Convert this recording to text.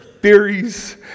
theories